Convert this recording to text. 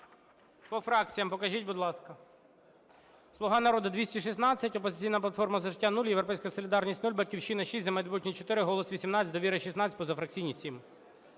По фракціям покажіть, будь ласка.